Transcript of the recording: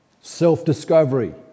self-discovery